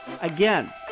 Again